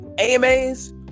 AMAs